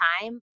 time